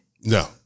No